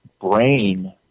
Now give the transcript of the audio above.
brain